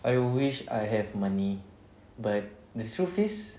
I wish I have money but the truth is